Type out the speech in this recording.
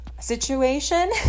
situation